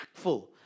impactful